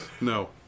No